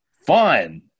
fun